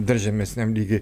dar žemesniam lygy